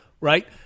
right